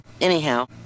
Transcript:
Anyhow